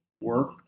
work